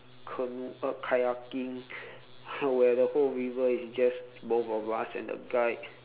canoe uh kayaking where the whole river is just both of us and a guide